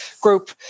group